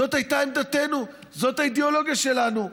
זאת הייתה עמדתנו, זאת האידיאולוגיה שלנו.